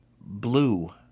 blue